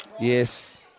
Yes